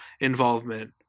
involvement